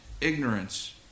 Ignorance